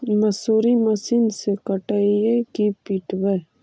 मसुरी मशिन से कटइयै कि पिटबै?